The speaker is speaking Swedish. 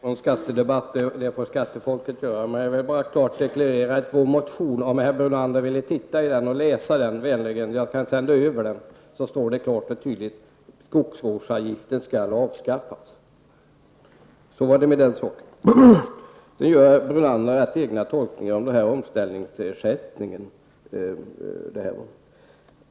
Fru talman! Jag skall inte inlåta mig på en skattedebatt -- det får skattexperterna göra. Jag vill bara klart deklarera att det i vår motion, som jag ber herr Brunander att vänligen läsa -- jag kan sända över den till honom -- klart och tydligt står att skogsavgiften skall avskaffas. Så var det med den saken. Nu gör herr Brunander egna tolkningar när det gäller omställningsersättningen.